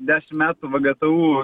dešim metų vgtu